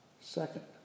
Second